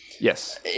Yes